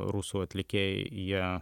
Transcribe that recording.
rusų atlikėjai jie